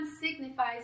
signifies